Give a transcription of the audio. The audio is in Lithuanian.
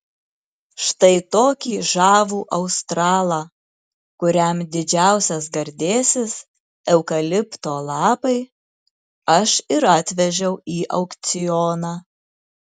štai tokį žavų australą kuriam didžiausias gardėsis eukalipto lapai aš ir atvežiau į aukcioną